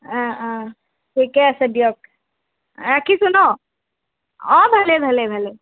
অঁ অঁ ঠিকে আছে দিয়ক ৰাখিছো ন অঁ ভালেই ভালেই ভালেই